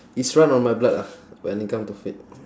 it's run on my blood ah when it come to fit